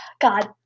god